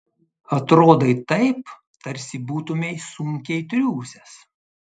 atrodai taip tarsi būtumei sunkiai triūsęs